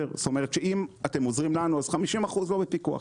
אם אתם עוזרים לנו, אז 50% לא בפיקוח.